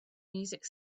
music